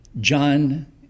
John